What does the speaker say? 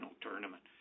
tournament